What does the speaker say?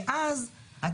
שאז אתה